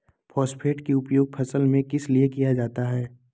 Phosphate की उपयोग फसल में किस लिए किया जाता है?